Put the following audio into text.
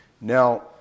Now